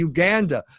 Uganda